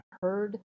heard